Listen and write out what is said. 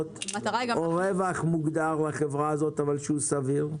או רווח מוגדר לחברה הזאת אבל שהוא סביר?